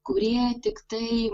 kurie tiktai